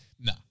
No